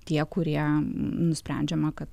tie kurie nusprendžiama kad